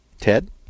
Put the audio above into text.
Ted